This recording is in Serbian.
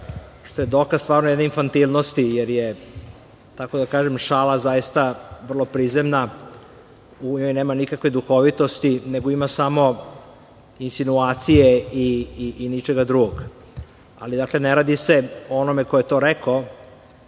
što je dokaz jedne infantilnosti jer je šala zaista vrlo prizemna, u njoj nema nikakve duhovitosti, nego ima samo insinuacije i ničega drugog. Ne radi se o onome ko je to rekao,